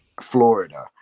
Florida